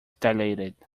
dilated